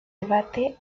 debate